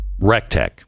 Rectech